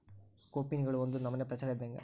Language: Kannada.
ಕೋಪಿನ್ಗಳು ಒಂದು ನಮನೆ ಪ್ರಚಾರ ಇದ್ದಂಗ